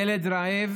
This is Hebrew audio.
ילד רעב